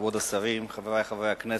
כבוד השרים, חברי חברי הכנסת,